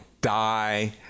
Die